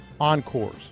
Encores